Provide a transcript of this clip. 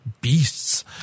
beasts